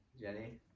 jenny